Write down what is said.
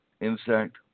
insect